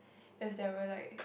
if there were like